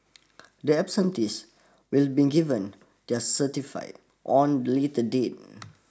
the absentees will been given their certify on be later the date